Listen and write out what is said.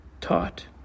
taught